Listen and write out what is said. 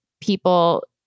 people